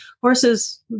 Horses